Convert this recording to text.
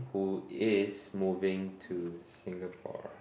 who is moving to Singapore